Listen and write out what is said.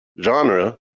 genre